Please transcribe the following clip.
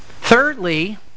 thirdly